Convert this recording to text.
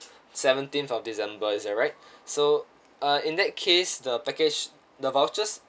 seventeenth of december is that right so uh in that case the package the vouchers